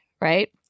Right